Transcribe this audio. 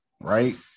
right